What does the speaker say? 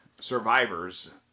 survivors